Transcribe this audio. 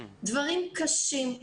דברים קשים,